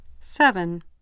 Seven